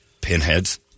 Pinheads